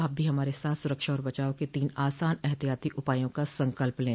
आप भी हमारे साथ सुरक्षा और बचाव के तीन आसान एहतियाती उपायों का संकल्प लें